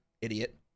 idiot